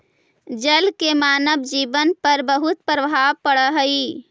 जल के मानव जीवन पर बहुत प्रभाव पड़ऽ हई